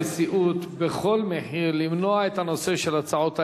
אנחנו ניסינו בנשיאות בכל מחיר למנוע את הנושא של הצעות האי-אמון.